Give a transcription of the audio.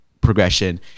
progression